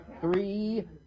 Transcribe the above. three